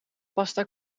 pasta